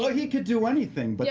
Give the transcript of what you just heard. he could do anything! but